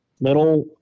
little